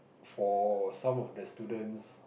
for some of the students